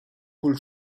cul